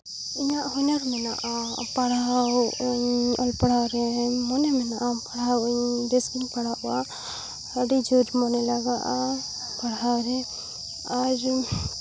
ᱤᱧᱟᱹᱜ ᱦᱩᱱᱟᱹᱨ ᱢᱮᱱᱟᱜᱼᱟ ᱯᱟᱲᱦᱟᱣ ᱤᱧ ᱚᱞ ᱯᱟᱲᱦᱟᱣ ᱨᱮ ᱢᱚᱱᱮ ᱢᱮᱱᱟᱜᱼᱟ ᱯᱟᱲᱦᱟᱣᱤᱧ ᱵᱮᱥᱜᱤᱧ ᱯᱟᱲᱦᱟᱣ ᱟᱜ ᱟᱹᱰᱤ ᱡᱳᱨ ᱢᱚᱱᱮ ᱞᱟᱜᱟᱼᱟ ᱯᱟᱲᱦᱟᱣ ᱨᱮ ᱟᱨ